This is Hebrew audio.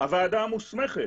הוועדה המוסמכת,